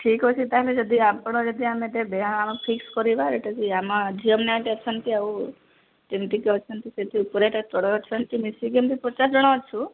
ଠିକ୍ ଅଛି ତାହେଲେ ଯଦି ଆପଣ ଯଦି ଆମେ ଏବେ ଫିକ୍ସ କରିବା ଏଠି ଆମ ଝିଅ ନାଁଟ ଅଛନ୍ତି ଆଉ ଯେମିତିକି ଅଛନ୍ତି ସେଠି ଉପରେ ଏଟା ତଳ ଅଛନ୍ତି ମିଶିକରି ଏମିତି ପଚାଶ ଜଣ ଅଛୁ